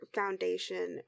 foundation